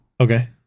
Okay